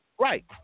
Right